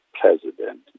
president